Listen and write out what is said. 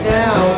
now